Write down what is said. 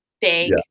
big